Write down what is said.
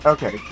Okay